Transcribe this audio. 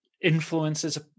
influences